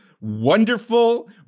wonderful